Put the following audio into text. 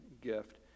gift